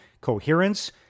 coherence